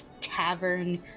tavern